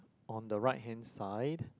on the right hand side